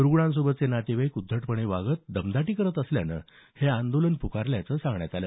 रूग्णांसोबतचे नातेवाईक उद्घटपणे वागत दमदाटी करत असल्यानं हे आंदोलन पुकारल्याचं सांगण्यात आलं